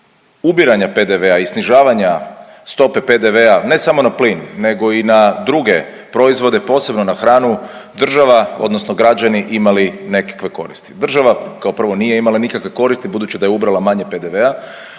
ubiranja PDV-a i snižavanja stope PDV-a ne samo na plin nego i na druge proizvode, posebno na hranu, država odnosno građani imali nekakve koristi. Država kao prvo nije imala nikakve koristi budući da je ubrala manje PDV-a,